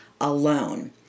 alone